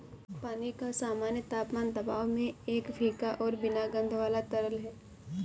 पानी का सामान्य तापमान दबाव में एक फीका और बिना गंध वाला तरल है